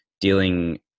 dealing